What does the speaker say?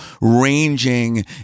ranging